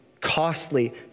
costly